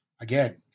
Again